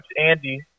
Andy